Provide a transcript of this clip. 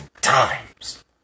times